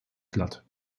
glatt